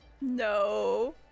No